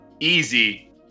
easy